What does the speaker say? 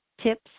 tips